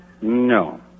No